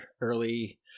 early